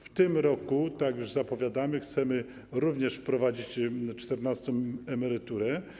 W tym roku, już zapowiadamy, chcemy również wprowadzić czternastą emeryturę.